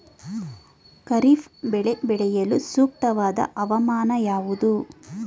ಖಾರಿಫ್ ಬೆಳೆ ಬೆಳೆಯಲು ಸೂಕ್ತವಾದ ಹವಾಮಾನ ಯಾವುದು?